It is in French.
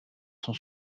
son